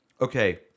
Okay